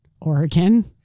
Oregon